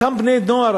אותם בני נוער,